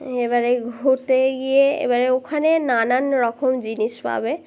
এবারে ঘুরতে গিয়ে এবারে ওখানে নানান রকম জিনিস পাবে